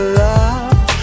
love